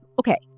okay